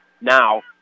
Now